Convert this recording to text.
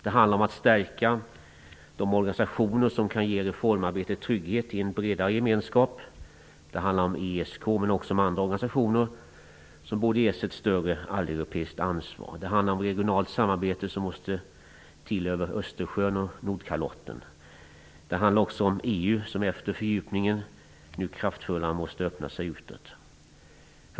Det handlar om att stärka de organisationer som kan ge reformarbetet trygghet i en bredare gemenskap. Det handlar om ESK men också om andra organisationer som borde ges ett större alleuropeiskt ansvar. Ett regionalt samarbete över Östersjön och Nordkalotten måste till. Det handlar också om EU som efter fördjupningen nu kraftfullare måste öppna sig utåt.